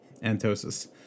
Antosis